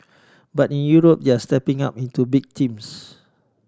but in Europe they are stepping up into big teams